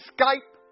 Skype